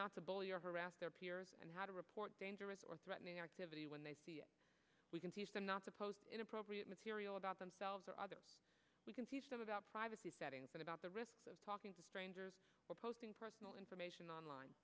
not to bully or harass their peers and how to report dangerous or threatening activity when we can teach them not to post inappropriate material about themselves or others we can teach them about privacy settings and about the risks of talking to strangers posting personal information online